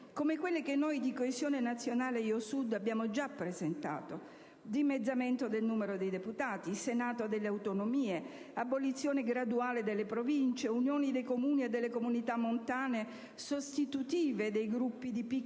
come quelle che noi del Gruppo Coesione Nazionale-Io Sud abbiamo già presentato: dimezzamento del numero dei deputati, Senato delle autonomie, abolizione graduale delle Province, unione dei Comuni e delle comunità montane sostitutive dei gruppi di piccoli